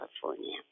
California